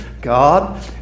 God